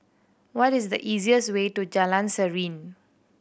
what is the easiest way to Jalan Serene